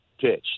pitch